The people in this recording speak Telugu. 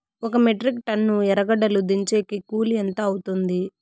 ఒక మెట్రిక్ టన్ను ఎర్రగడ్డలు దించేకి కూలి ఎంత అవుతుంది?